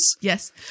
yes